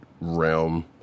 realm